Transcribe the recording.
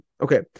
okay